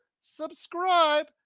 subscribe